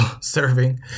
serving